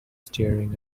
staring